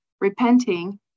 repenting